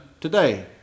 today